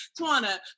Tawana